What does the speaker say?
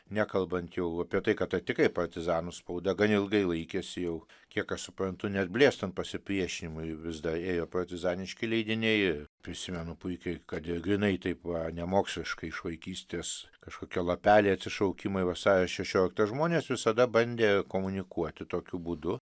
nekalbant jau apie tai kad ta tikrai partizanų spauda gan ilgai laikėsi jau kiek aš suprantu net blėstant pasipriešinimui vis dar ėjo partizaniški leidiniai ir prisimenu puikiai kad ir grynai taip va nemokšiškai iš vaikystės kažkokie lapeliai atsišaukimai vasario šešioliktą žmonės visada bandė komunikuoti tokiu būdu